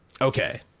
Okay